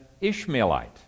Ishmaelite